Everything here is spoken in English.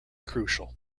crucial